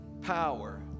power